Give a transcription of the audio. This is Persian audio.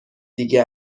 دیگه